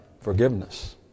forgiveness